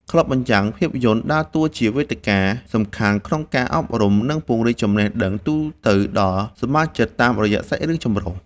ក្លឹបបញ្ចាំងភាពយន្តដើរតួជាវេទិកាដ៏សំខាន់ក្នុងការអប់រំ និងពង្រីកចំណេះដឹងទូទៅដល់សមាជិកតាមរយៈសាច់រឿងចម្រុះ។